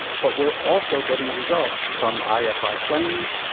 but we're also getting results from ifi claims,